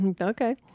okay